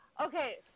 okay